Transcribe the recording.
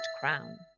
crown